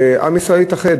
שעם ישראל התאחד